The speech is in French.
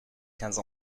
quinze